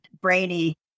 brainy